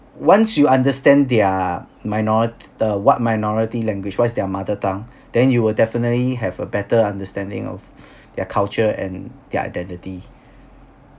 once you understand their minor~ uh what minority language what is their mother tongue then you will definitely have a better understanding of their culture and their identity